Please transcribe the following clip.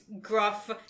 gruff